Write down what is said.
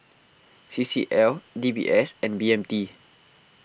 C C L D B S and B M T